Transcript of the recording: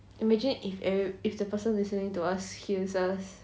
imagine if e~ if the person listening to us hears us